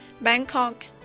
Bangkok